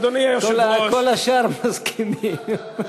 על כל השאר מסכימים.